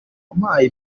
yampaye